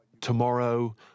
tomorrow